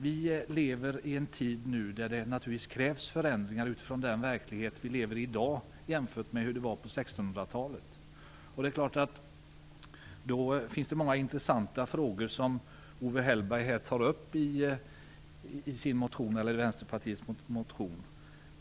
Vi lever i en tid när det krävs förändringar utifrån den verklighet vi lever i i dag jämfört med den som fanns på 1600-talet. Det finns många intressanta frågor som tas upp i Vänsterpartiets motion.